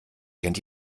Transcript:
kennt